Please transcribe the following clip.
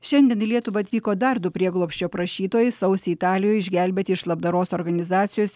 šiandien į lietuvą atvyko dar du prieglobsčio prašytojai sausį italijoje išgelbėti iš labdaros organizacijos